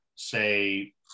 Say